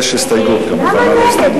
יש הסתייגות, כמובן, על ההסתייגות.